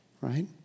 right